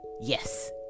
Yes